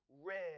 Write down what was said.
red